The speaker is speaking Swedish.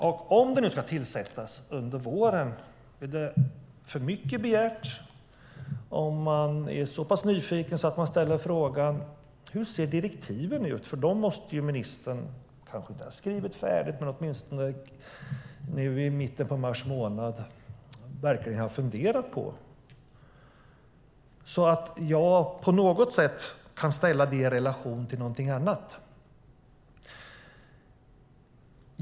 Och om den nu ska tillsättas under våren, är det för mycket begärt att vara så pass nyfiken att man ställer frågan: Hur ser direktiven ut? Dem måste ju ministern kanske inte ha skrivit färdigt men åtminstone nu i mitten på mars månad verkligen ha funderat på. Då skulle jag på något sätt kunna ställa det i relation till någonting annat.